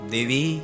Devi